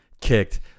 kicked